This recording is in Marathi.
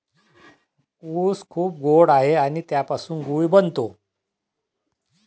ऊस खूप गोड आहे आणि त्यापासून गूळ बनतो